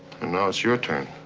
and now it's your turn,